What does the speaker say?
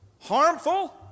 harmful